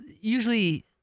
usually